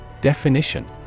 Definition